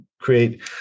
create